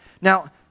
Now